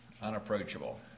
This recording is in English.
unapproachable